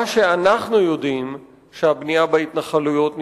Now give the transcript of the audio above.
מה שאנחנו יודעים, שהבנייה בהתנחלויות נמשכת,